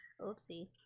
oopsie